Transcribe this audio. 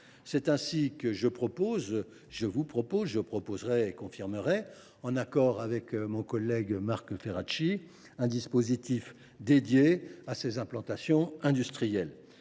C’est ainsi que je vous proposerai, en accord avec mon collègue Marc Ferracci, un dispositif dédié à ces implantations industrielles.